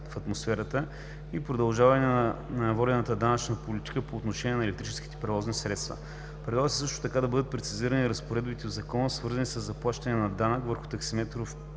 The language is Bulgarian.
в атмосферата и продължаване на водената данъчна политика по отношение на електрическите превозни средства. Предлага се също така да бъдат прецизирани разпоредбите в закона, свързани със заплащане на данък върху таксиметров